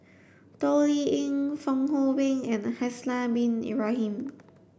Toh Liying Fong Hoe Beng and Haslir Bin Ibrahim